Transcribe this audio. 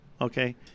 Okay